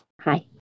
Hi